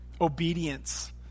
obedience